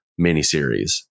miniseries